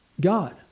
God